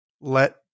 let